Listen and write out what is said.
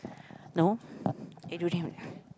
no then don't have